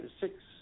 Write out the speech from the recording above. six